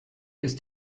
ist